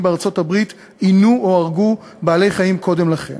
בארצות-הברית עינו או הרגו בעלי-חיים קודם לכן.